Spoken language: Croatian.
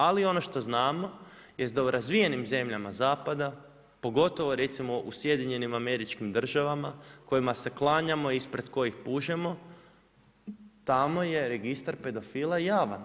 Ali ono što znamo jest da u razvijenim zemljama zapada pogotovo u SAD-u kojima se klanjamo ispred kojih pužemo tamo je registar pedofila javan.